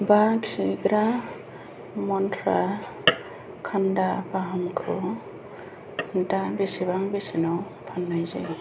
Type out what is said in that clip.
बा किल'ग्राम मन्त्रा कान्दा प'हाखौ दा बेसेबां बेसेनाव फाननाय जायो